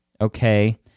okay